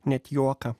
net juoką